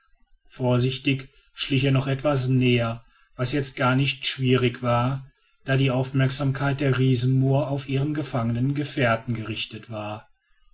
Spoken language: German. vorsichtig schlich er noch etwas näher was jetzt gar nicht schwierig war da die aufmerksamkeit der riesenmoa auf ihren gefangenen gefährten gerichtet war